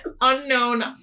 unknown